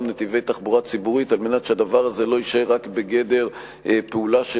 נתיבי תחבורה ציבורית על מנת שהדבר הזה לא יישאר רק בגדר פעולה של